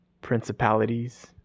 principalities